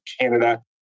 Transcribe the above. Canada